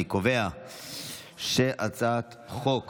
אני קובע שהצעת חוק